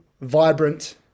vibrant